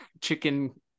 chicken